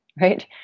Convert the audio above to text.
right